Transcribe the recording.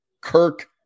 Kirk